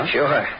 sure